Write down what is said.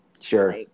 Sure